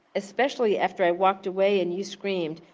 especially after i walked away and you screamed,